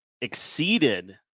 exceeded